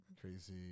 Crazy